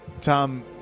Tom